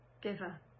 giver